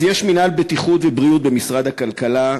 אז יש מינהל בטיחות ובריאות במשרד הכלכלה,